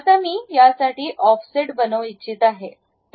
आता मी यासाठी ऑफसेट बनवू इच्छित आहे